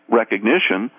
recognition